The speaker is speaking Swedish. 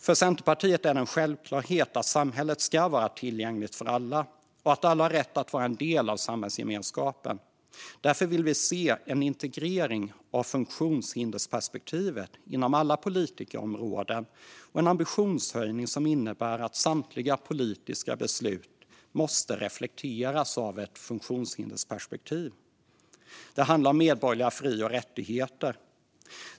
För Centerpartiet är det en självklarhet att samhället ska vara tillgängligt för alla och att alla har rätt att vara en del av samhällsgemenskapen. Därför vill vi se en integrering av funktionshindersperspektiv inom alla politikområden och en ambitionshöjning som innebär att samtliga politiska beslut måste reflekteras av ett funktionshindersperspektiv. Det handlar om medborgerliga fri och rättigheter.